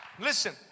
Listen